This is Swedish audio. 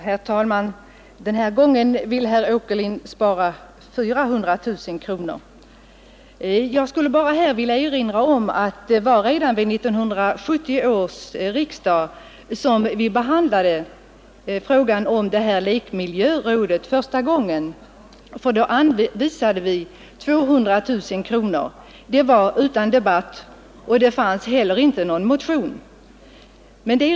Herr talman! Den här gången vill herr Åkerlind spara 400 000 kronor. Jag vill erinra om att vi vid 1970 års riksdag för första gången behandlade frågan om anslag till lekmiljörådet och att riksdagen då utan debatt anvisade 200 000 kronor. Då hade det heller inte väckts någon motion i ärendet.